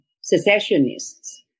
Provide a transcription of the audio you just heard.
secessionists